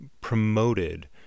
promoted